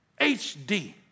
HD